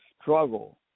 struggle